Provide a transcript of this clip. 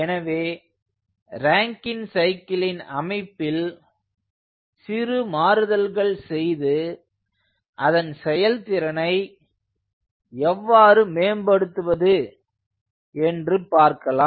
எனவே ராங்கின் சைக்கிளின் அமைப்பில் சிறு மாறுதல்கள் செய்து அதன் செயல்திறனை எவ்வாறு மேம்படுத்துவது என்று பார்க்கலாம்